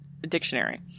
dictionary